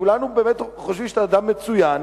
וכולנו באמת חושבים שאתה אדם מצוין,